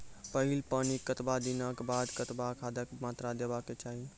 पहिल पानिक कतबा दिनऽक बाद कतबा खादक मात्रा देबाक चाही?